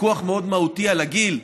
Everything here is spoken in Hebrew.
שוויכוח מאוד מהותי על הגיל,